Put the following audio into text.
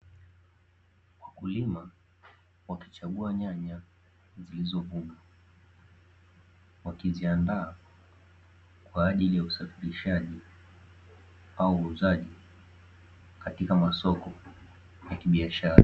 Wakulima wakichagua nyanya zilizovunwa, wakiziandaa kwa ajili ya usafirishaji au uuzaji katika masoko ya kibiashara.